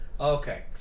Okay